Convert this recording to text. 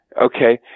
okay